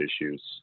issues